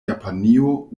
japanio